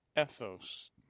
ethos